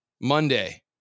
Monday